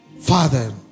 Father